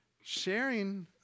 sharing